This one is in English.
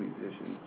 musicians